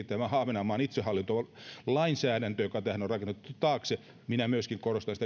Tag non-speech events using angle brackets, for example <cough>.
<unintelligible> tämä ahvenanmaan itsehallintolainsäädäntö joka tähän on rakennettu taakse on harvinaisen hieno esimerkki minä myöskin korostan